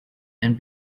and